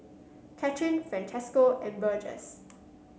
Kathrine Francesco and Burgess